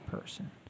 person